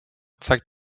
zeigt